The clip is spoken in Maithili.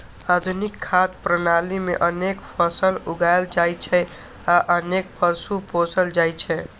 आधुनिक खाद्य प्रणाली मे अनेक फसल उगायल जाइ छै आ अनेक पशु पोसल जाइ छै